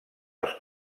als